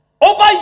Over